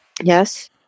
Yes